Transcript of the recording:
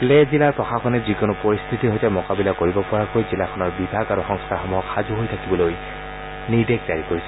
লেহ জিলাৰ প্ৰশাসনে যিকোনো পৰিস্থিতিৰ সৈতে মোকাবিলা কৰিব পৰাকৈ জিলাখনৰ বিভাগ আৰু সংস্থাসমূহক সাজু হৈ থাকিবলৈ নিৰ্দেশনা জাৰি কৰিছে